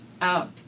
out